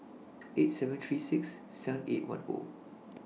eight thousand seven hundred and thirty six seven thousand eight hundred and ten